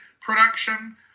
production